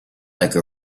like